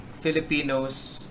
Filipinos